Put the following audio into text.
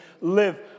live